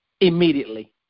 immediately